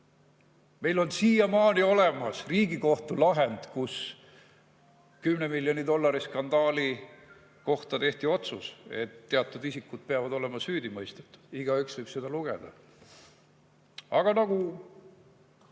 Meil on siiamaani olemas Riigikohtu lahend, kus [on kirjas] 10 miljoni dollari skandaali kohta tehtud otsus, et teatud isikud peavad olema süüdi mõistetud. Igaüks võib seda lugeda. Aga nagu